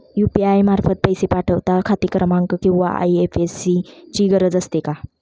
UPI मार्फत पैसे पाठवता खाते क्रमांक किंवा आय.एफ.एस.सी ची गरज असते का?